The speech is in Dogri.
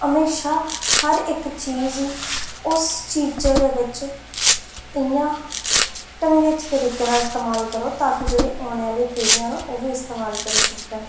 म्हेशा हर इक चीज उस चीज दे बिच इ'यां ढंगै चरीका दा इस्तेमाल करो ता कि जेह्ड़ी औने आह्ली पीढ़ियां न ओह् बी इस्तेमाल करी सकन